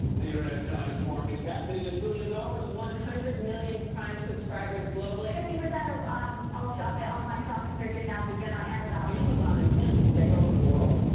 the internet giant's market cap hitting a trillion dollars. one hundred million prime subscribers globally. fifty percent of um all online shopping searches now begin on amazon. amazon intends to take over the world,